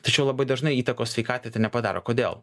tačiau labai dažnai įtakos sveikatai tai nepadaro kodėl